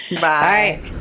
Bye